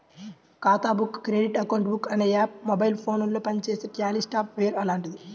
ఖాతా book credit account book అనే app mobile ఫోనులో పనిచేసే ట్యాలీ సాఫ్ట్ వేర్ లాంటిది